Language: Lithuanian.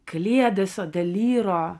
kliedesio delyro